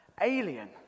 alien